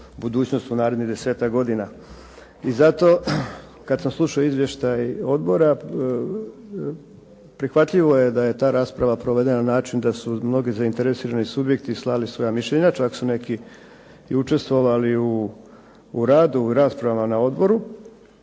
budućnost u narednih 10-ak godina. I zato kad sam slušao izvještaj odbora, prihvatljivo je da je ta rasprava provedena na način da su mnogi zainteresirani subjekti slali svoja mišljenja, čak su neki i učestvovali u radu, u raspravama na odboru.